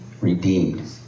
redeemed